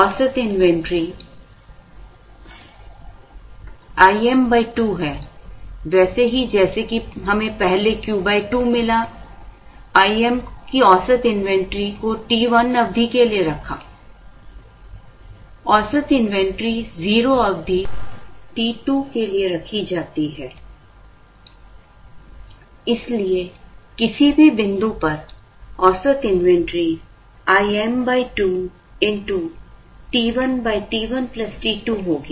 औसत इन्वेंट्री 0 अवधि t 2 के लिए रखी जाती है इसलिए किसी भी बिंदु पर औसत inventory Im 2 t1 t1 t2 होगी